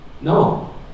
No